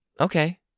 Okay